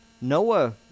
Noah